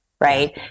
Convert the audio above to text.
right